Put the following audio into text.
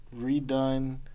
redone